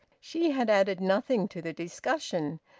she had added nothing to the discussion.